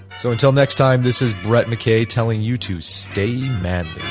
so until next time, this is brett mckay telling you to stay manly